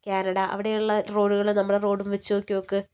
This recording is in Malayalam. കാനഡ അവിടെയുള്ള റോഡുകള് നമ്മുടെ റോഡും വച്ച് നോക്കി നോക്ക്